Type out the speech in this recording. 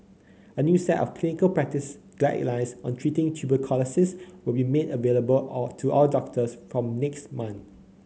a new set of clinical practice guidelines on treating tuberculosis will be made available all to all doctors from next month